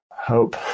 Hope